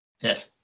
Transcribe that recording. Yes